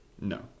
No